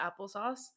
applesauce